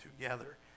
together